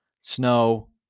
snow